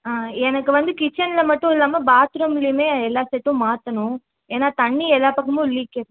ஆ எனக்கு வந்து கிட்சனில் மட்டும் இல்லாமல் பாத்ரூம்லியுமே எல்லா செட்டும் மாற்றணும் ஏன்னால் தண்ணி எல்லா பக்கமும் லீக்கேஜ்